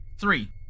Three